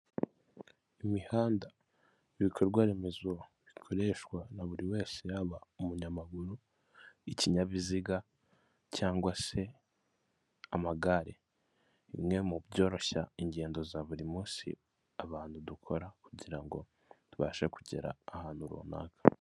Imihanda ibikorwaremezo bikoreshwa na buri wese yaba umunyamaguru, ikinyabiziga cyangwa se amagare. Bimwe mu byoroshya ingendo za buri munsi abantu dukora kugira ngo tubashe kugera ahantu runaka.